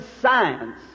science